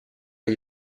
gli